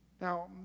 Now